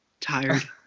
Tired